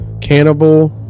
Cannibal